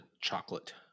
chocolate